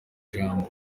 jambo